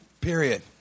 Period